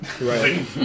Right